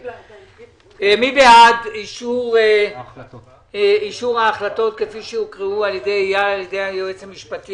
מי בעד אישור ההחלטות כפי שהוקראו על ידי היועץ המשפטי,